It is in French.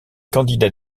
candidats